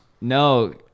No